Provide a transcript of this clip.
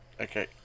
Okay